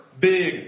big